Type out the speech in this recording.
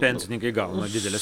pensininkai gauna dideles